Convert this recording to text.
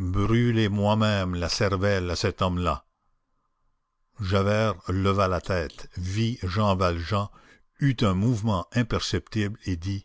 brûler moi-même la cervelle à cet homme-là javert leva la tête vit jean valjean eut un mouvement imperceptible et dit